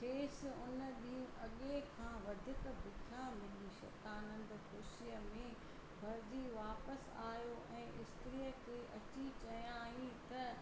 खेस उन ॾींहुं अॻिए खां वधीक बिख्या मिली शतानंद ख़ुशीअ में भरजी वापसि आहियो ऐं स्त्रीअ खे अची चयाईं त